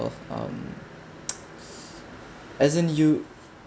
um as in you